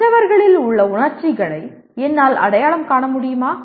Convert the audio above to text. மற்றவர்களில் உள்ள உணர்ச்சிகளை என்னால் அடையாளம் காண முடியுமா